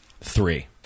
Three